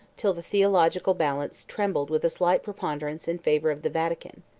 till the theological balance trembled with a slight preponderance in favor of the vatican.